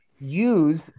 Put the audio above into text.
use